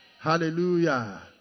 Hallelujah